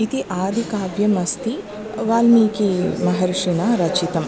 इति आदिकाव्यमस्ति वाल्मीकिमहर्षिणा रचितम्